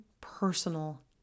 personal